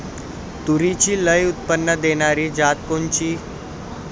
तूरीची लई उत्पन्न देणारी जात कोनची?